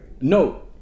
No